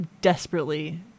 desperately